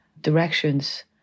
directions